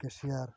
cashier